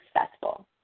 successful